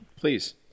Please